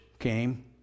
Came